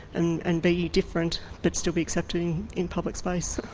and and be different, but still be accepted in public space.